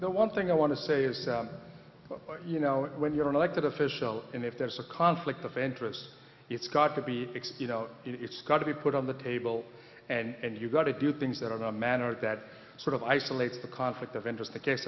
the one thing i want to say is you know when you're an elected official and if there's a conflict of interests it's got to be fixed you know it's got to be put on the table and you've got to do things that are not a man or that sort of isolates a conflict of interest a case